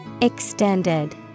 Extended